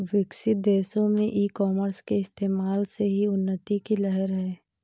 विकसित देशों में ई कॉमर्स के इस्तेमाल से ही उन्नति की लहर है